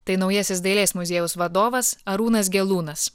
tai naujasis dailės muziejaus vadovas arūnas gelūnas